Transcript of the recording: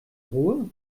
ruhr